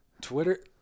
twitter